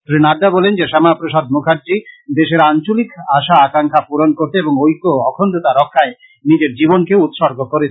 শ্রী নাড্ডা বলেন যে শ্যামা প্রসাদ মুখার্জী দেশের আঞ্চলিক আশা আকাঙ্খা পূরণ করতে এবং ঐক্য ও অখন্ডতা রক্ষায় নিজের জীবনকে উৎসর্গ করেছেন